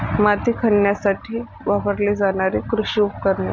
माती खणण्यासाठी वापरली जाणारी कृषी उपकरणे